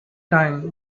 time